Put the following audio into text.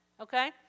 okay